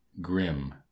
grim